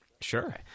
Sure